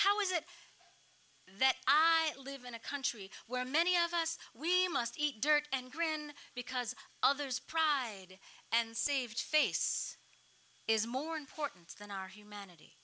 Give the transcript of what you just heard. how is it that i live in a country where many of us we must eat dirt and grin because others pride and save face is more important than our humanity